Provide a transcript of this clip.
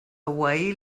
away